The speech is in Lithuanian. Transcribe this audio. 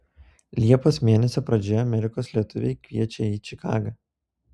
liepos mėnesio pradžioje amerikos lietuviai kviečia į čikagą